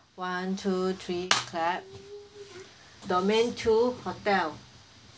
one two three clap domain two hotel